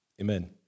Amen